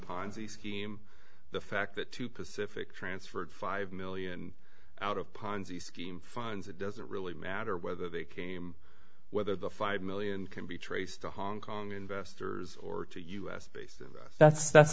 ponzi scheme the fact that two pacific transferred five million out of ponzi scheme funds it doesn't really matter whether they came whether the five million can be traced to hong kong investors or to u s bases that's that's